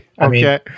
Okay